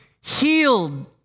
healed